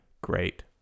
great